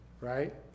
right